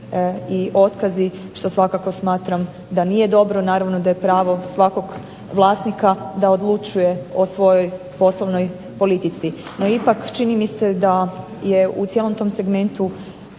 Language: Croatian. i otkazi što svakako smatram da nije dobro. Naravno da je pravo svakog vlasnika da odlučuje o svojoj poslovnoj politici. No ipak, čini mi se da je u cijelom tom segmentu